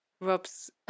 rob's